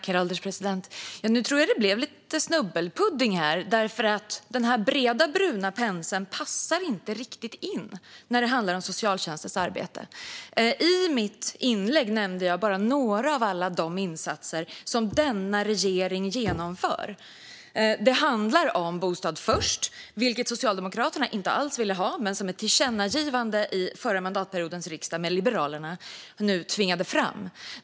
Herr ålderspresident! Nu tror jag att det blev lite snubbelpudding här. Den breda bruna penseln passar inte riktigt in när det handlar om socialtjänstens arbete. I mitt anförande nämnde jag bara några av alla de insatser som denna regering genomför. Det handlar om Bostad först, vilket Socialdemokraterna inte alls ville ha men som ett tillkännagivande från förra mandatperiodens riksdag med Liberalerna tvingade fram.